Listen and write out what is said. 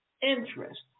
interest